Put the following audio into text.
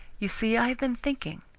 you see, i have been thinking,